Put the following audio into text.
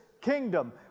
kingdom